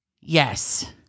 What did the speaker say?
Yes